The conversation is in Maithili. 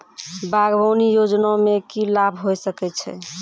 बागवानी योजना मे की लाभ होय सके छै?